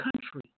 country